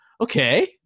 okay